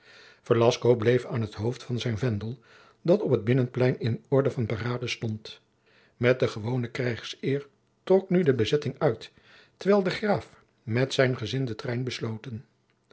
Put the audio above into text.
bleef aan t hoofd van zijn vendel dat op het binnenplein in orde van parade stond met de gewone krijgseer trok nu de bezetting uit terwijl de graaf met zijn gezin den trein besloten